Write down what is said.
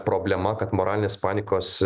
problema kad moralinės panikos